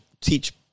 teach